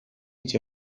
hitz